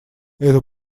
эту